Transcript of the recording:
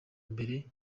mbere